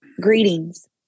Greetings